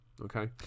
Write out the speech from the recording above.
Okay